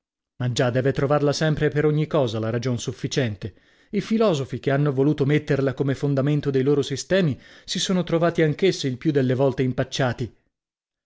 ma già deve trovarla sempre e per ogni cosa la ragione sufficiente i filosofi che hanno voluto metterla come fondamento dei loro sistemi si sono trovati anch'essi il più delle volte impacciati